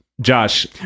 Josh